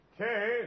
Okay